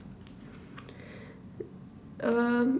um